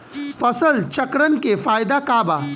फसल चक्रण के फायदा का बा?